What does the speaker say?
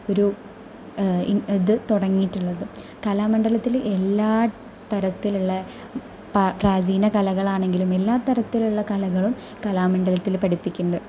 ഒരു ഇത് തുടങ്ങിയിട്ടുള്ളത് കലാമണ്ഡലത്തില് എല്ലാ തരത്തിലുള്ള പ്ര പ്രാചീന കലകൾ ആണെങ്കിലും എല്ലാ തരത്തിലുള്ള കലകളും കലാമണ്ഡലത്തിൽ പഠിപ്പിക്കുന്നുണ്ട്